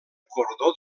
cordó